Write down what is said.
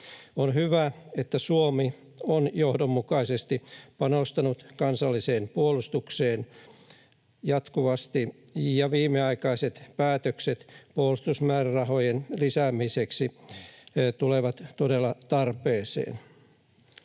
On hyvä, että Suomi on johdonmukaisesti panostanut kansalliseen puolustukseen jatkuvasti, ja viimeaikaiset päätökset puolustusmäärärahojen lisäämiseksi tulevat todella tarpeeseen.